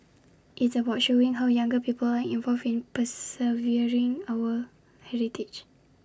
it's about showing how younger people are involved in preserving our heritage